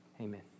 Amen